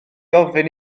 ofyn